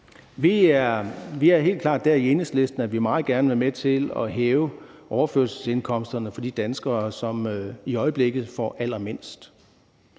Vi er helt klart der i Enhedslisten, hvor vi meget gerne vil være med til at hæve overførselsindkomsterne for de danskere, som i øjeblikket får allermindst